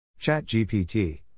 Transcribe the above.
ChatGPT